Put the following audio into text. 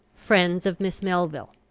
friends of miss melville.